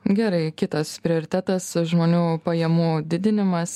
gerai kitas prioritetas žmonių pajamų didinimas